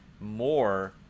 more